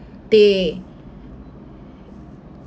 they